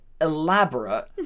elaborate